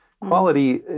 Quality